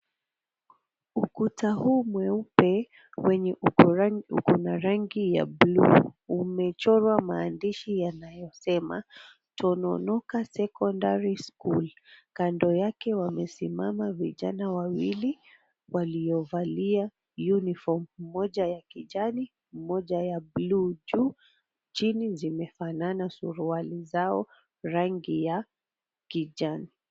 Ukuta huu mweupe wenye uko na rangi ya blue umechorwa maandishi yanayosema, Tononoka Secondary School. Kando yake wamesimama vijana wawili waliovalia unifom moja ya kijani na moja ya blue juu chini zimefanana suruali zao rangi ya kijani.